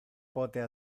pote